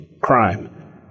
Crime